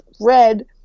Red